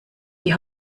die